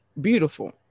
Beautiful